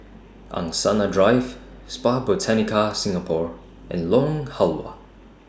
Angsana Drive Spa Botanica Singapore and Lorong Halwa